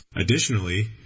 Additionally